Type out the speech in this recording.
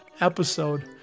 episode